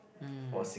erm